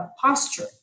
posture